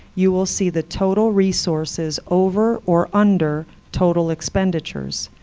you will see the total resources over or under total expenditures.